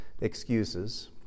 excuses